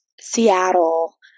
Seattle